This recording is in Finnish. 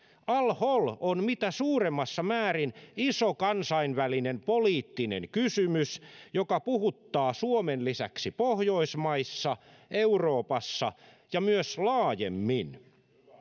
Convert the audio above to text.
al hol on mitä suurimmassa määrin iso kansainvälinen poliittinen kysymys joka puhuttaa suomen lisäksi pohjoismaissa euroopassa ja myös laajemmin